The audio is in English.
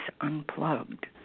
Unplugged